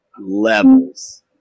levels